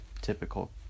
typical